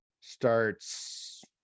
starts